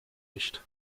nicht